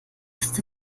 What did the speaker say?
ist